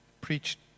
preached